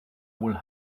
will